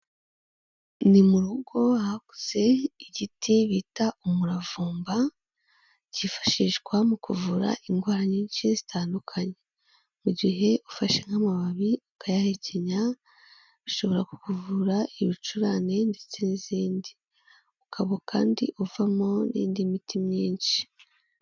Ni mu rugo hakuze igiti bita umuravumba, cyifashishwa mu kuvura indwara nyinshi zitandukanye. Mu gihe ufashe nk'amababi ukayahekenya, bishobora kukuvura ibicurane ndetse n'izindi. Ukaba kandi uvamo n'indi miti myinshi.